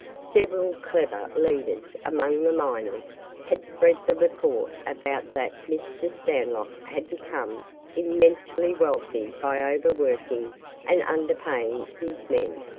several clever leaders among the miners had spread the report about that mr. stanlock had become immensely wealthy by overworking and underpaying his men,